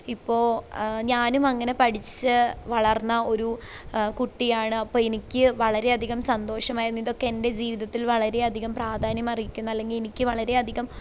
ഇപ്പൊ ഞാനും അങ്ങനെ പഠിച്ച് വളർന്ന ഒരു കുട്ടിയാണ് അപ്പം എനിക്ക് വളരെ അധികം സന്തോഷമായിരുന്നു ഇതൊക്കെ എന്റെ ജീവിതത്തിൽ വളരെയധികം പ്രാധാന്യമർഹിക്കുന്ന അല്ലെങ്കിൽ എനിക്ക് വളരെയധികം